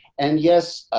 and yes,